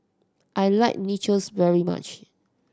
I like Nachos very much